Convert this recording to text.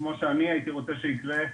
כמו שאני הייתי רוצה שיקרה,